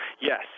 Yes